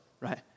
right